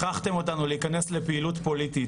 הכרחתם אותנו להיכנס לפעילות פוליטית.